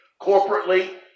corporately